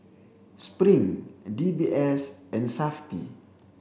Spring and D B S and SAFTI